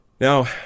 Now